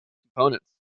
components